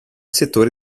settore